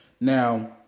Now